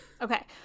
Okay